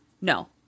No